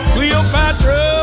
Cleopatra